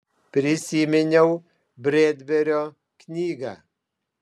prisiminiau bredberio knygą